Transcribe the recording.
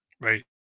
right